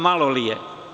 Malo li je?